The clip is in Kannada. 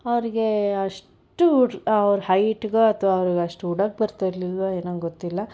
ಅವರಿಗೆ ಅಷ್ಟು ಅವರ ಹೈಟ್ಗು ಅಥವಾ ಅವರಿಗೆ ಅಷ್ಟು ಉಡೋಕೆ ಬರ್ತಾಯಿರಲಿಲ್ವೋ ಏನೋ ಗೊತ್ತಿಲ್ಲ